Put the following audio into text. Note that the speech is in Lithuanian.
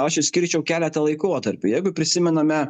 aš išskirčiau keletą laikotarpių jeigu prisimename